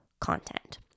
content